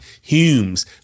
Humes